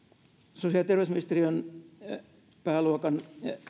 sosiaali ja terveysministeriön pääluokan